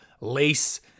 Lace